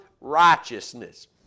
righteousness